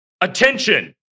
attention